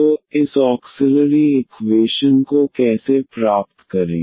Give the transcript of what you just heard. तो इस auxiliary equation को कैसे प्राप्त करें